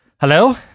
Hello